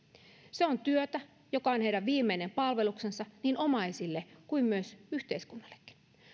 se on työtä joka on heidän viimeinen palveluksensa niin omaisille kuin myös yhteiskunnallekin